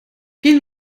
gehen